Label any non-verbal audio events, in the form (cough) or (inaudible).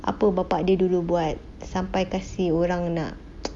apa bapa dia dulu buat sampai kasi orang nak (noise)